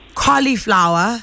cauliflower